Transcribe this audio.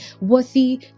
worthy